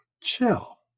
chill